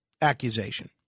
accusation